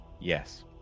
Yes